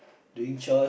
doing chores